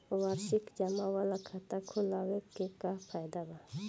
वार्षिकी जमा वाला खाता खोलवावे के का फायदा बा?